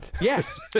yes